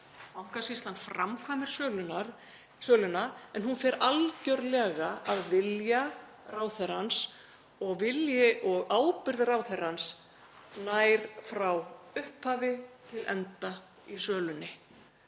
Bankasýslan framkvæmir söluna en hún fer algerlega að vilja ráðherrans og vilji og ábyrgð ráðherrans nær frá upphafi til enda í sölunni,